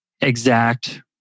exact